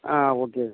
ஆ okay